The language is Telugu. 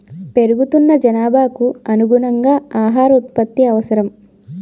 పెరుగుతున్న జనాభాకు అనుగుణంగా ఆహార ఉత్పత్తి అవసరం